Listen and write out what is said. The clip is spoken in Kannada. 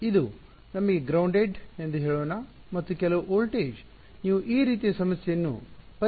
ಇದು ನಮಗೆ ಗ್ರೌಂಡೆಡ್ ಎಂದು ಹೇಳೋಣ ಮತ್ತು ಕೆಲವು ವೋಲ್ಟೇಜ್ ನೀವು ಈ ರೀತಿಯ ಸಮಸ್ಯೆಯನ್ನು ಪರಿಹರಿಸಲು ಬಯಸುತ್ತೀರಿ